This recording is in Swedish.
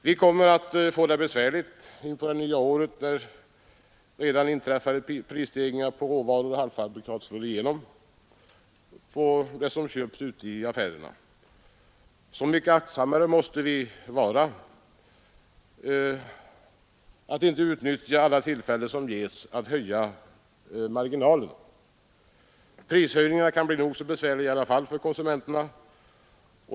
Vi kommer att få det besvärligt på det nya året, när redan inträffade prisstegringar på råvaror och halvfabrikat slår igenom på det som köps i affärerna. Så mycket aktsammare måste vi vara att inte utnyttja alla tillfällen till höjda marginaler. Prishöjningarna kan vara nog så bevärliga i alla fall för konsumenterna.